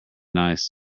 nice